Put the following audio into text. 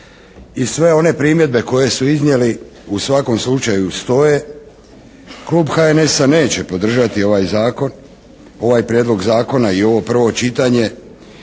i sve one primjedbe koje su iznijeli u svakom slučaju stoje. Klub HNS-a neće podržati ovaj zakon, ovaj Prijedlog zakona i ovo prvo čitanje